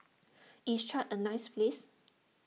is Chad a nice place